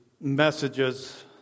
messages